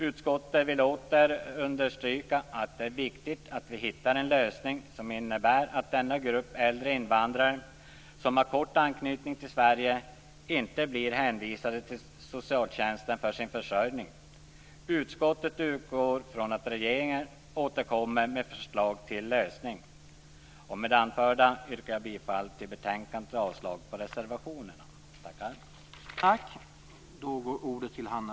Utskottet vill åter understryka att det är viktigt att vi hittar en lösning som innebär att den grupp äldre invandrare som har kort anknytning till Sverige inte blir hänvisade till socialtjänsten för sin försörjning. Utskottet utgår från att regeringen återkommer med förslag till en lösning. Med det anförda yrkar jag bifall till hemställan i betänkandet och avslag på reservationerna.